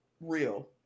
real